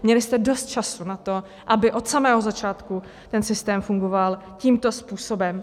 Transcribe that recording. Měli jste dost času na to, aby od samého začátku systém fungoval tímto způsobem.